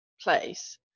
place